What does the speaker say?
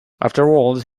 afterwards